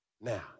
Now